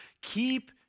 Keep